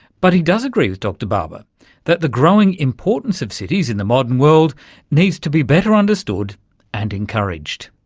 but he does agree with dr barber that the growing importance of cities in the modern world needs to be better understood and encouraged.